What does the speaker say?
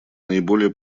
наиболее